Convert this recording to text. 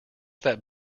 that